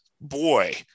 boy